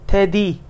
Teddy